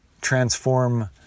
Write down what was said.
transform